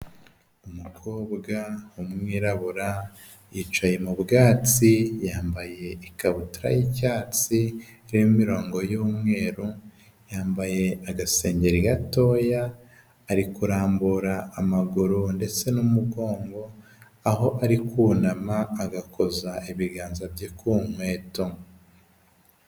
Umukobwa w'umwirabura yicaye mu bwatsi, yambaye ikabutura y'icyatsi irimo imirongo y'umweru, yambaye agasengeri gatoya, ari kurambura amaguru ndetse n'umugongo, aho ari kanama agakoza ibiganza bye ku nkweto.